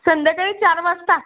संध्याकाळी चार वाजता